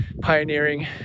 pioneering